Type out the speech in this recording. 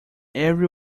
every